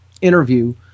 interview